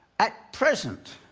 at present,